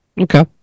Okay